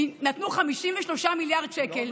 נתנו 53 מיליארד שקל,